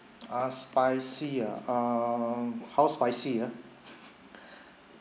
ah spicy ah um how spicy ah